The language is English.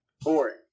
Boring